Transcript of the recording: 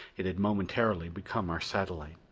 it had momentarily become our satellite.